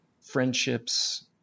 friendships